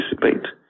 participate